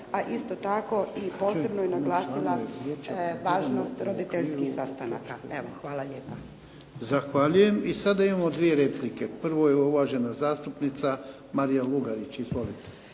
a isto tako i posebno je naglasila važnost roditeljskih sastanaka. Evo, hvala lijepa. **Jarnjak, Ivan (HDZ)** Zahvaljujem. I sada imamo 2 replike. Prvo je uvažena zastupnica Marija Lugarić. Izvolite.